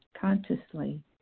consciously